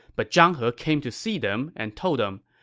but zhang he came to see them and told them,